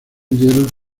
dieron